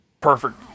perfect